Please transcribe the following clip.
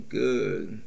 good